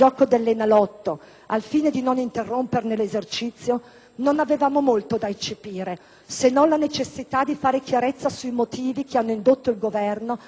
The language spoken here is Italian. non avevamo molto da eccepire, se non la necessità di fare chiarezza sui motivi che hanno indotto il Governo a disporre la proroga sino alla data del 1° luglio 2009,